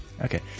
Okay